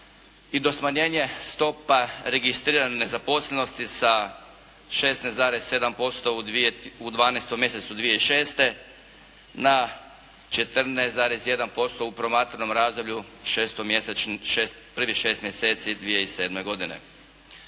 i da smanjenje stopa registrirane nezaposlenosti sa 16,7% u 12. mjesecu 2006. na 14,1% u promatranom razdoblju, prvih šest mjeseci 2007. godine,